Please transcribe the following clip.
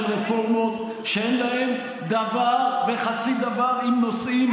רפורמות שאין להן דבר וחצי דבר עם נושאים,